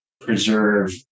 preserve